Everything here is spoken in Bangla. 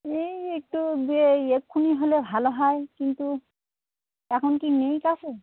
এই একটু এই এক্ষুনি হলে ভালো হয় কিন্তু এখন কি নেই কাছে